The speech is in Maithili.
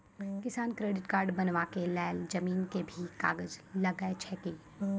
किसान क्रेडिट कार्ड बनबा के लेल जमीन के भी कागज लागै छै कि?